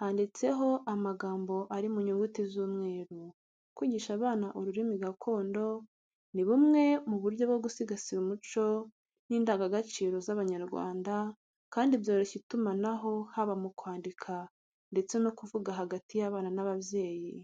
handitseho amagambo ari mu nyuguti z'umweru. Kwigisha abana ururimi gakondo ni bumwe mu buryo bwo gusigasira umuco n'indangagaciro z'abanyarwanda kandi byoroshya itumanaho, haba mu kwandika ndetse no kuvuga hagati y'abana n'ababyeyi.